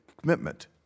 commitment